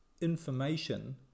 information